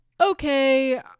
okay